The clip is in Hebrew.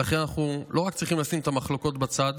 לכן אנחנו צריכים לא רק לשים את המחלוקות בצד,